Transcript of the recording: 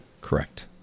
Correct